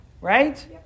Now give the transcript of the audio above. Right